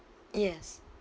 yes